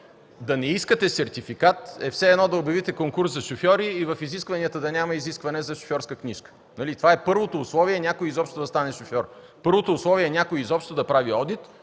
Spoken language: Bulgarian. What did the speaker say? Да не искате сертификат, е все едно да обявите конкурс за шофьори и в изискванията да няма изискване за шофьорска книжка. А това е първото условие някой изобщо да стане шофьор. Първото условие някой изобщо да прави одит